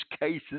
cases